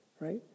right